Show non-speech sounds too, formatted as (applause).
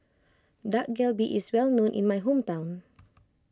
Dak Galbi is well known in my hometown (noise)